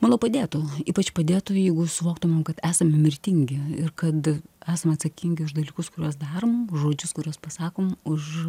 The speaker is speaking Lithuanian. manau padėtų ypač padėtų jeigu suvoktumėm kad esam mirtingi ir kad esam atsakingi už dalykus kuriuos darom žodžius kuriuos pasakom už